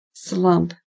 Slump